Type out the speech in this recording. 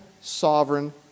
sovereign